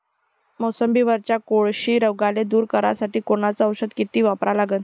मोसंबीवरच्या कोळशी रोगाले दूर करासाठी कोनचं औषध किती वापरा लागन?